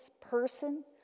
person